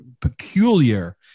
peculiar